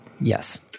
Yes